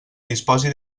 disposi